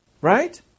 Right